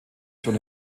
schon